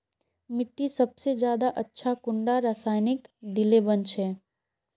मिट्टी सबसे ज्यादा अच्छा कुंडा रासायनिक दिले बन छै?